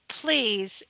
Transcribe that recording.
Please